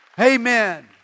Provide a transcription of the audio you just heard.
Amen